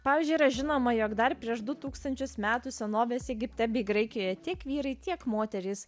pavyzdžiui yra žinoma jog dar prieš du tūkstančius metų senovės egipte bei graikijoje tiek vyrai tiek moterys